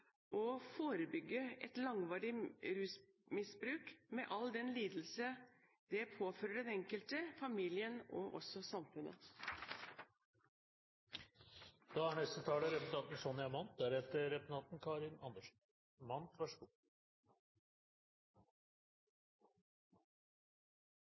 og forebygge et langvarig rusmisbruk med all den lidelse det påfører den enkelte, familien og samfunnet. Stortingsmeldingen «Se meg!» gir en god